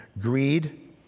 greed